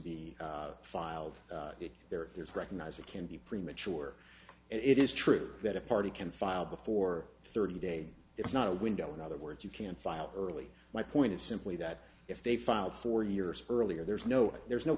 be filed there there's recognizer can be premature and it is true that a party can file before thirty days it's not a window in other words you can file early my point is simply that if they filed four years earlier there's no there's no